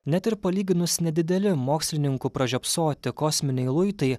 net ir palyginus nedideli mokslininkų pražiopsoti kosminiai luitai